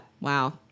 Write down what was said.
Wow